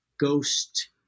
ghost